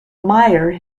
meyer